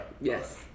Yes